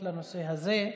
לרבות קריאה בתורה,